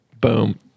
boom